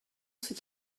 c’est